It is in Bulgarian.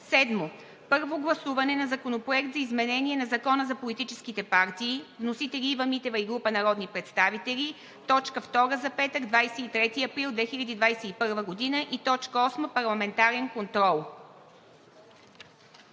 г. 7. Първо гласуване на Законопроектa за изменение на Закона за политическите партии. Вносители са Ива Митева и група народни представители – точка втора за петък, 23 април 2021 г. 8. Парламентарен контрол.“